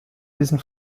diesen